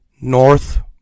North